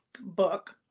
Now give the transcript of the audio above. book